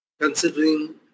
considering